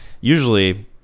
usually